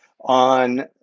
On